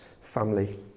family